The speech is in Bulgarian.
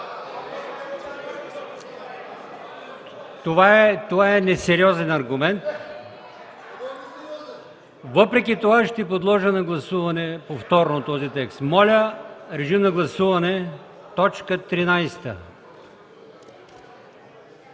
Това е несериозен аргумент. Въпреки това ще подложа на гласуване повторно този текст. Моля, гласувайте т. 13.